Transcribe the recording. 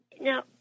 now